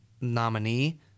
nominee